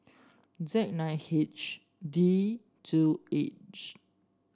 Z nine D two H